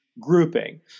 grouping